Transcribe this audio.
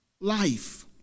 life